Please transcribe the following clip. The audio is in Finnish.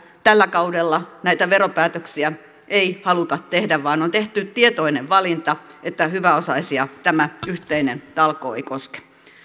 tällä kaudella näitä veropäätöksiä ei haluta tehdä vaan on tehty tietoinen valinta että hyväosaisia tämä yhteinen talkoo ei koske